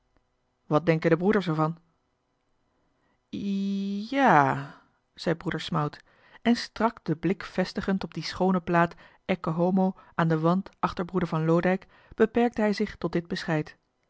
denken de broeders ervan jj a zei broeder smout en strak den blik vestigend op die schoone plaat ecce homo aan den wand achter broeder van loodijck beperkte hij zich tot dit bescheid